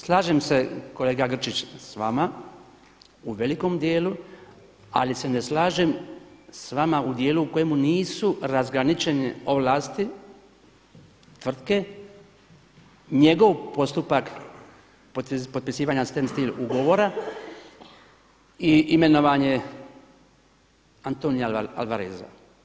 Slažem se kolega Grčić sa vama u velikom dijelu, ali se ne slažem sa vama u dijelu u kojemu nisu razgraničene ovlasti tvrtke, njegov postupak potpisivanja standstill ugovora i imenovanje Antonia Alvareza.